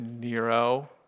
Nero